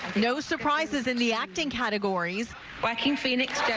no surprises in the acting categories lacking phoenix.